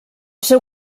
seu